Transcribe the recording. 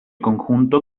conjunto